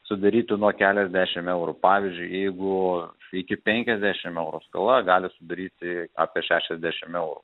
sudarytų nuo keliasdešim eurų pavyzdžiui jeigu iki penkiasdešim eurų skola gali sudaryti apie šešiasdešim eurų